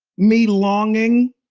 me longing